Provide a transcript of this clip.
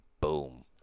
Boom